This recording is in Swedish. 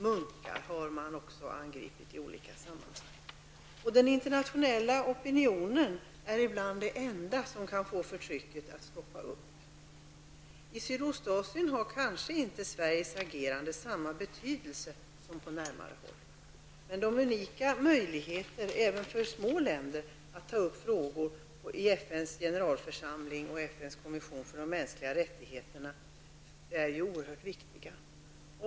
Man har också i olika sammanhang angripit munkar. Den internationella opinionen är ibland det enda som kan få förtrycket att upphöra. I Sydostasien har Sveriges agerande kanske inte samma betydelse som på närmare håll, men de unika möjligheterna även för små länder att ta upp frågor i FNs generalförsamling och i FNs kommission för de mänskliga rättigheterna är oerhört viktiga.